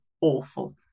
awful